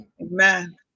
Amen